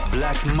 Black